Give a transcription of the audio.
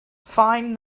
fine